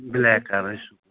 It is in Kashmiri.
بٕلیک کَلرٕچ سٕکوٗ